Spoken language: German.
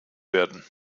werden